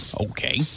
okay